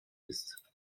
ist